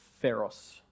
feros